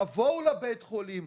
תבואו לבית החולים.